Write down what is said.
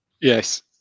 Yes